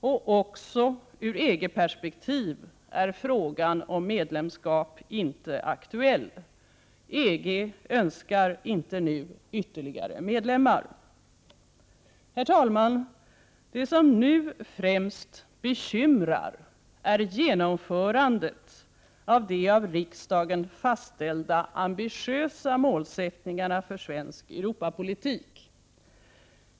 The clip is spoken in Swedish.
Inte heller ur EG-perspektiv är frågan om medlemskap aktuell. EG önskar inte nu ytterligare medlemmar. Herr talman! Det som nu främst bekymrar är genomförandet av de av riksdagen fastställda ambitiösa målsättningarna för svensk Europapolitik.